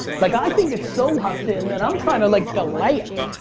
like i think it's so locked in that i'm trying to like delay it!